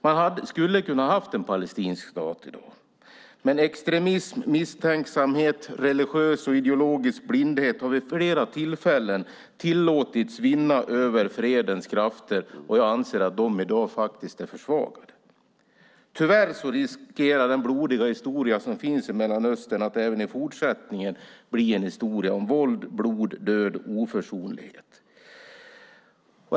Man hade kunnat ha en palestinsk stat i dag, men extremism, misstänksamhet och religiös och ideologisk blindhet har vid flera tillfällen tillåtits vinna över fredens krafter, och jag anser att de i dag är försvagade. Tyvärr riskerar den blodiga historia som finns i Mellanöstern att även i fortsättningen bli en historia om våld, blod, död och oförsonlighet.